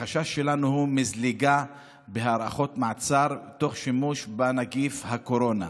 החשש שלנו הוא מזליגה בהארכות מעצר תוך שימוש בנגיף הקורונה.